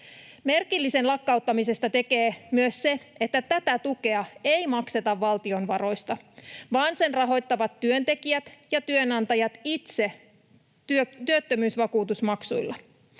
Merkillisen lakkauttamisesta tekee myös se, että tätä tukea ei makseta valtion varoista, vaan sen rahoittavat työntekijät ja työnantajat itse työttömyysvakuutusmaksuilla.